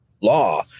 law